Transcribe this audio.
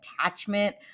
attachment